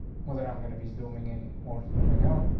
mother, i'm gonna be zooming in more zooming out.